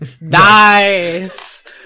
Nice